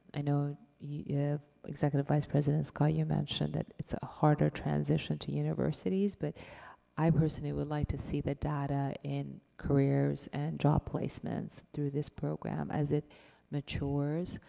i know, yeah executive vice president scott, you mentioned it's a harder transition to universities, but i personally would like to see the data in careers and job placements through this program as it matures.